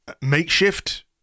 makeshift